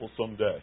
someday